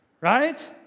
Right